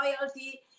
loyalty